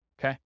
Okay